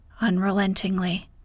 unrelentingly